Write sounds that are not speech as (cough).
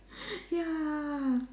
(laughs) ya